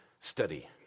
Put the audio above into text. study